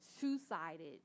two-sided